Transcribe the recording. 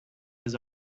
his